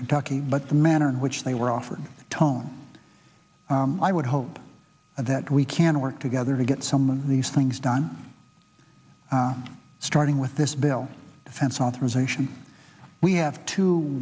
kentucky but the manner in which they were offered time i would hope that we can work together to get some of these things done starting with this bill defense authorization we have two